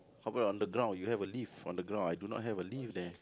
how about underground you have a lift on the ground I do not have a lift there